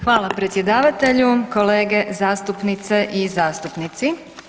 Hvala predsjedavatelju, kolege zastupnice i zastupnici.